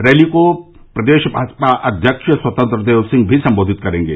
rally को प्रदेश भाजपा अध्यक्ष स्वतंत्र देव सिंह भी सम्बोधित करेंगे